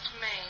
Main